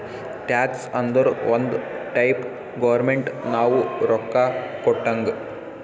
tax ಅಂದುರ್ ಒಂದ್ type government ನಾವು ರೊಕ್ಕಾ ಕೊಟ್ಟಂಗ್